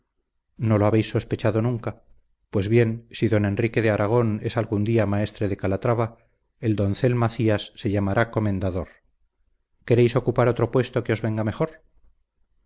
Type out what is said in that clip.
no lo habéis sospechado nunca pues bien si don enrique de aragón es algún día maestre de calatrava el doncel macías se llamará comendador queréis ocupar otro puesto que os venga mejor